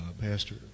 pastor